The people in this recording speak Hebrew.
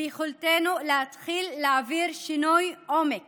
ביכולתנו להתחיל להעביר שינוי עומק